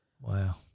Wow